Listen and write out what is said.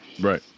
Right